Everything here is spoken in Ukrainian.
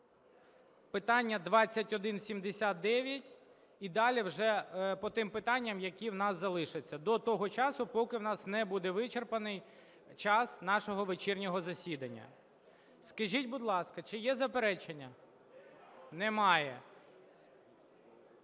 питання 2179, і далі вже по тим питанням, які у нас залишаться, до того часу, поки у нас не буде вичерпаний час нашого вечірнього засідання. Скажіть, будь ласка, чи є заперечення? Немає.